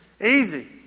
Easy